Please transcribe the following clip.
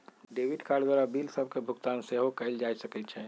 debit card द्वारा bill सभके भुगतान सेहो कएल जा सकइ छै